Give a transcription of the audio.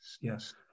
Yes